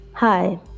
Hi